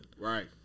right